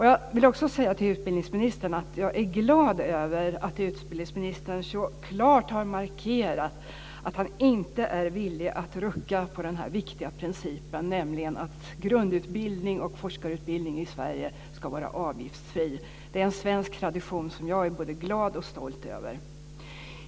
Jag är glad över att utbildningsministern så klart har markerat att han inte är villig att rucka på den viktiga principen, nämligen att grundutbildning och forskarutbildning i Sverige ska vara avgiftsfri. Det är en svensk tradition som jag är både glad och stolt över.